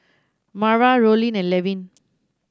Marva Rollin and Levin